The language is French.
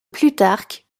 plutarque